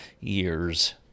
years